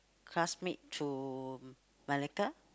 classmates to Malacca